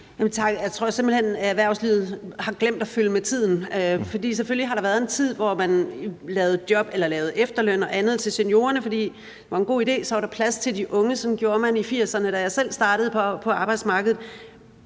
Jeg tror simpelt hen, at erhvervslivet har glemt at følge med tiden, for selvfølgelig har der været en tid, hvor man lavede job eller lavede efterløn og andet til seniorerne, fordi det var en god idé; så var der plads til de unge. Sådan gjorde man i 80'erne, da jeg selv startede på arbejdsmarkedet.